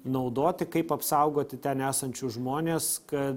naudoti kaip apsaugoti ten esančius žmones kad